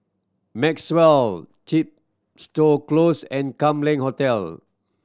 Maxwell Chepstow Close and Kam Leng Hotel